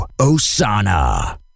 Osana